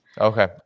Okay